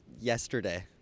Yesterday